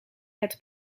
het